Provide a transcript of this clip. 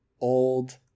old